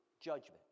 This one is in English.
judgment